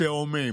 התאומים,